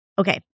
Okay